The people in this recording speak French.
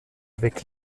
avec